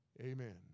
amen